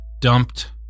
Dumped